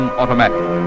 automatic